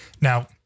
Now